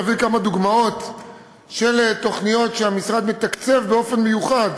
נביא כמה דוגמאות של תוכניות שהמשרד מתקצב באופן מיוחד: